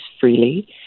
freely